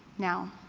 now,